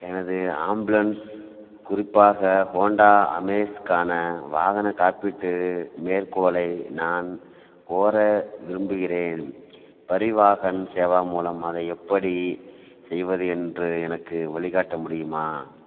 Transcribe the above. எனது ஆம்புலன்ஸ் குறிப்பாக Honda Amaze க்கான வாகன காப்பீட்டு மேற்கோளை நான் கோர விரும்புகிறேன் பரிவாஹன் சேவா மூலம் அதை எப்படி செய்வது என்று எனக்கு வழிகாட்ட முடியுமா